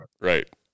Right